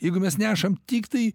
jeigu mes nešam tiktai